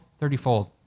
thirtyfold